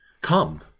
Come